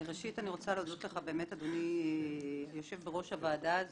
ראשית אני רוצה להודות לך יושב-ראש הוועדה,